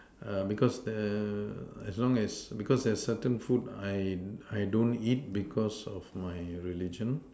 err because the as long as because there's certain food I I don't eat because of my religion